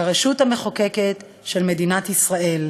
כרשות המחוקקת של מדינת ישראל,